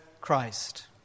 Christ